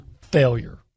failure